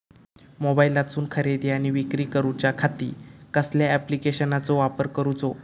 मोबाईलातसून खरेदी आणि विक्री करूच्या खाती कसल्या ॲप्लिकेशनाचो वापर करूचो?